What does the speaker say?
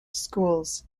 schools